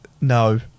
No